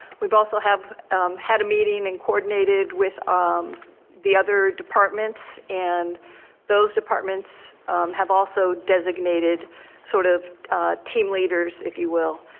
we've also had a meeting and coordinated with um the other departments and those departments have also designated sort of team leaders, if you will.